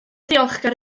ddiolchgar